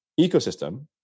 ecosystem